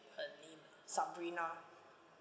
her name ah sabrina